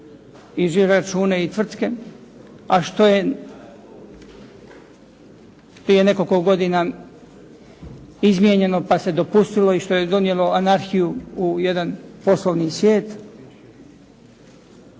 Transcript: i žiro račune i tvrtke, a što je prije nekoliko godina izmijenjeno, pa se dopustilo i što je donijelo anarhiju u jedan poslovni svijet.